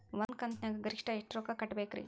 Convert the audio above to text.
ಒಂದ್ ಕಂತಿನ್ಯಾಗ ಗರಿಷ್ಠ ಎಷ್ಟ ರೊಕ್ಕ ಕಟ್ಟಬೇಕ್ರಿ?